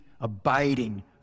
abiding